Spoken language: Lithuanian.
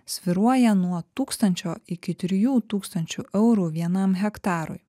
svyruoja nuo tūkstančio iki trijų tūkstančių eurų vienam hektarui